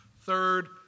Third